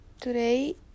today